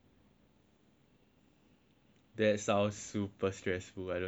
that sounds super stressful I don't think I can ever do that